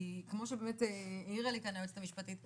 כי כמו שבאמת העירה לי כאן היועצת המשפטית,